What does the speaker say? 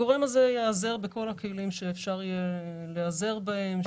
הגורם הזה ייעזר בכל הכלים שאפשר יהיה להיעזר בהם.